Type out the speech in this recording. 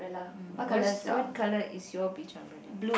mm what's what colour is your beach umbrella